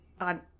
on